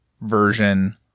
version